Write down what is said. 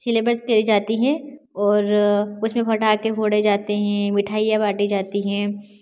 syllabus करी जाती है और उसमें पटाखे फोड़े जाते हैं मिठाइयाँ बांटी जाती हैं